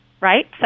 right